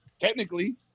technically